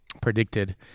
predicted